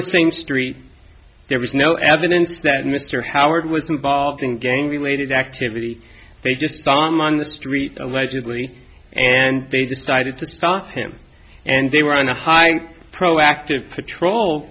the same street there was no evidence that mr howard was involved in gang related activity they just saw me on the street allegedly and they decided to stop him and they were on a high profile act patrol